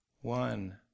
one